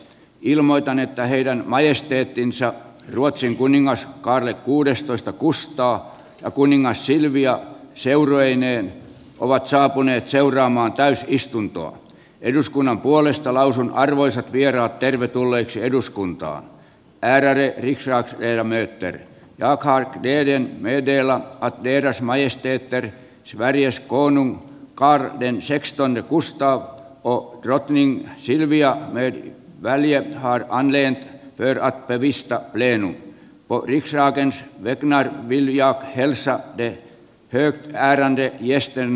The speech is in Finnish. ilmoitan että heidän majesteettinsa ruotsin kuningas kaarle kuudestoista kustaa kuningas silvia seurueineen ovat saapuneet seuraamaan täys istuntoa eduskunnan puolesta lausun arvoiset vieraat tervetulleeksi eduskuntaan päätäni ja miettiä tarkkaan keiden edellä on viedä sama jos tytär carries konung kaarre den sexton kustaa on rattiin silvia neidit värien harmonien vyöry aktiivista nelli pakki yksi hakemus vetämää viljaa chelsea oli pyykkimäärän ja sitten